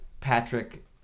Patrick